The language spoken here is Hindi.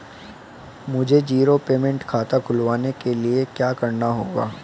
मुझे जीरो पेमेंट खाता खुलवाने के लिए क्या करना होगा?